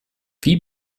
wie